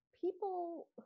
people